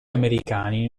americani